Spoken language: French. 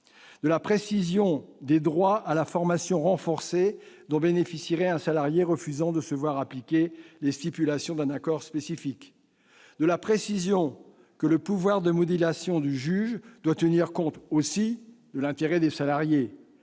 de la précision des droits à la formation renforcés dont bénéficierait un salarié refusant de se voir appliquer les stipulations d'un accord spécifique, de la précision que le pouvoir de modulation du juge doit tenir compte aussi de l'intérêt des salariés,